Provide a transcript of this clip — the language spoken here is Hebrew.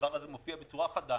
הדבר הזה מופיע בצורה חדה.